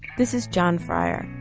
this is john fryer.